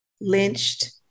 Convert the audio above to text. lynched